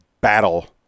battle